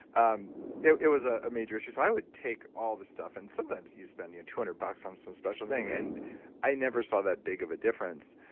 um it it was a major. so, i would take all this stuff, and sometimes you spend your two hundred bucks on some special thing and i never saw that big of a difference.